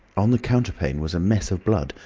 on the counterpane was a mess of blood,